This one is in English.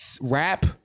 rap